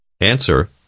Answer